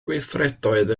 gweithredoedd